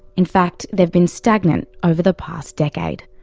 in fact they have been stagnant over the past decade,